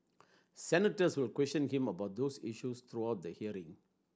senators will question him about those issues throughout the hearing